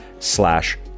slash